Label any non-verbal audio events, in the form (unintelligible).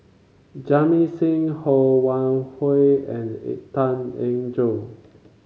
Jamit Singh Ho Wan Hui and (unintelligible) Tan Eng Joo